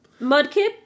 Mudkip